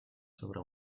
sobre